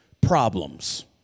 problems